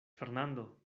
fernando